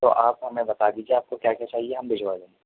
تو آپ ہمیں بتا دیجیے آپ کو کیا چاہیے ہم بھجوا دیں گے